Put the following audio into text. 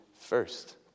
first